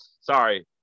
sorry